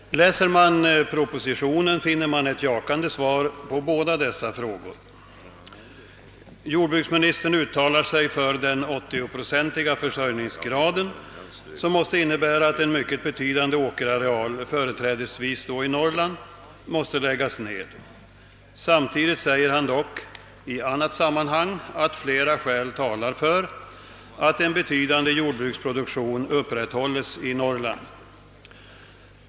Om man läser propositionen finner man ett jakande svar på båda dessa frågor. Jordbruksministern uttalar sig för den 80-procentiga försörjningsgraden, som måste innebära att en mycket betydande åkerareal, företrädesvis i Norrland, lägges ned. Samtidigt säger han dock i annat sammanhang att flera skäl talar för att en betydande jordbruksproduktion upprätthålles i Norrland.